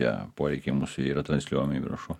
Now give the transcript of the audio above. tie poreikiai mūsų yra transliuomi į viršų